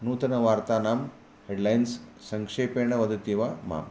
नूतनवार्तानां headlines संक्षेपेण वदति वा माम्